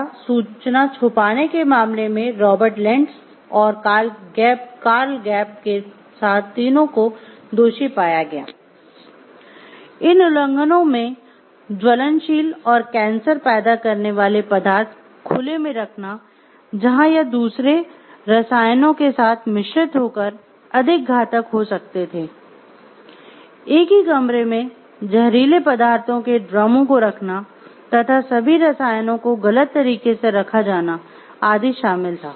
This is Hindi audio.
इन उल्लंघनों मेँ ज्वलनशील और कैंसर पैदा करने वाले पदार्थ खुले में रखना जहां यह दूसरे रसायनों के साथ मिश्रित होकर अधिक घातक हो सकते थे एक ही कमरे में जहरीले पदार्थों के ड्रमों को रखना तथा सभी रसायनों को गलत तरीके से रखा जाना आदि शामिल था